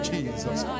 Jesus